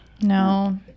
No